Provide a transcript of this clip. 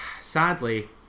sadly